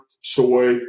soy